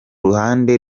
ruhande